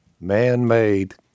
man-made